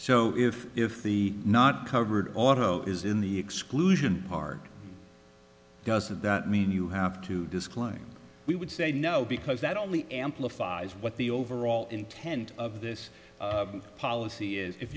so if if the not covered auto is in the exclusion card doesn't that mean you have to disclaim we would say no because that only amplifies what the overall intent of this policy is if